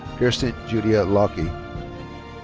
kierstyn judia lockey.